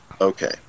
okay